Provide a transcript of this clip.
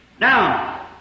Now